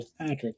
Patrick